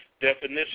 definition